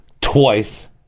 Twice